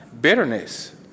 bitterness